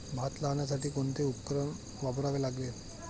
भात लावण्यासाठी कोणते उपकरण वापरावे लागेल?